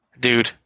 Dude